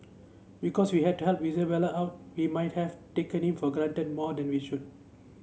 because we had to help Isabelle out we might have taken him for granted more than we should